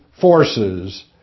forces